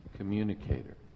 communicator